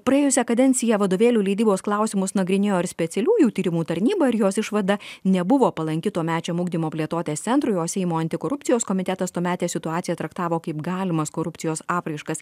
praėjusią kadenciją vadovėlių leidybos klausimus nagrinėjo ir specialiųjų tyrimų tarnyba ir jos išvada nebuvo palanki tuomečiam ugdymo plėtotės centrui o seimo antikorupcijos komitetas tuometę situaciją traktavo kaip galimas korupcijos apraiškas